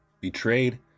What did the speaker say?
Betrayed